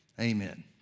amen